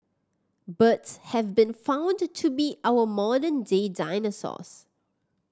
birds have been found to be our modern day dinosaurs